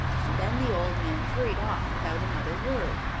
and then the old man hurried off without another word.